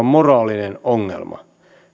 moraalinen ongelma